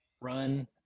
run